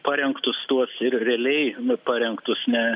parengtus tuos ir realiai parengtus ne